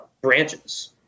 branches